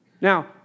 Now